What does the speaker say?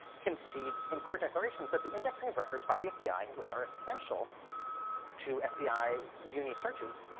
concedes in court declarations that the indexing of records by the fbi, which are essential to fbi uni searches,